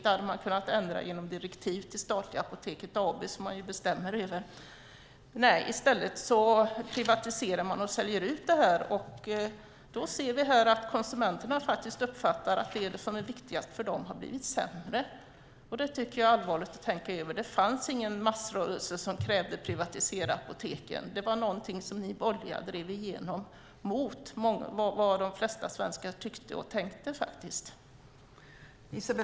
Det hade man kunnat ändra genom direktiv till statliga Apoteket AB, som man ju bestämde över. I stället privatiserade man och sålde ut det. Vi ser nu att konsumenterna uppfattar att det som faktiskt är viktigast för dem har blivit sämre. Det tycker jag är allvarligt. Det fanns ingen massrörelse som krävde privatiserade apotek. Det var något som ni borgerliga drev igenom mot vad de flesta svenskar faktiskt tyckte och tänkte.